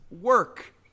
work